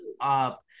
up